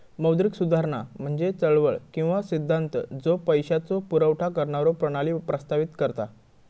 मौद्रिक सुधारणा म्हणजे चळवळ किंवा सिद्धांत ज्यो पैशाचो पुरवठा करणारो प्रणाली प्रस्तावित करता